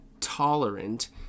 tolerant